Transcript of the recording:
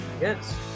yes